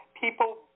people